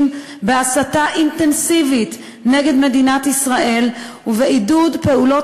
בהסתה אינטנסיבית נגד מדינת ישראל ובעידוד פעולות